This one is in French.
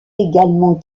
également